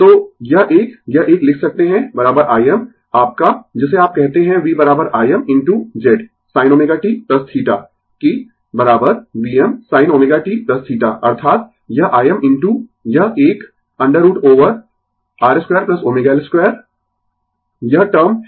तो यह एक यह एक लिख सकते है Im आपका जिसे आप कहते है vIm into Z into sin ω t θ कि Vm sin ω t θ अर्थात यह Im इनटू यह एक √ ओवर R 2ω L 2 यह टर्म है